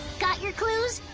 got your clues?